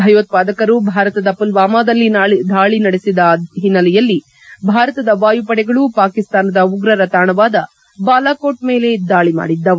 ಭಯೋತ್ಪಾದರು ಭಾರತದ ಪುಲ್ವಾಮಾದಲ್ಲಿ ದಾಳಿ ನಡೆಸಿದ ಒನ್ನೆಲೆಯಲ್ಲಿ ಭಾರತದ ವಾಯು ಪಡೆಗಳು ಪಾಕಿಸ್ತಾನದ ಉಗ್ರರ ತಾಣವಾದ ಬಾಲಾ ಕೋಟ್ ಮೇಲೆ ದಾಳಿ ಮಾಡಿದ್ದವು